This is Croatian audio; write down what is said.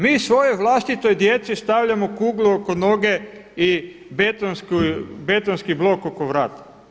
Mi svojoj vlastitoj djeci stavljamo kuglu oko noge i betonski blok oko vrata.